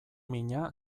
mina